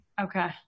Okay